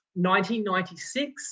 1996